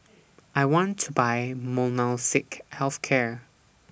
I want to Buy Molnylcke Health Care